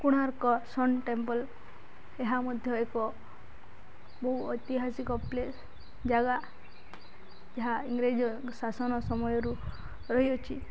Konark sun temple ଏହା ମଧ୍ୟ ଏକ ବହୁ ଐତିହାସିକ ପ୍ଲେସ୍ ଜାଗା ଯାହା ଇଂରେଜ ଶାସନ ସମୟରୁ ରହିଅଛି